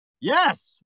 Yes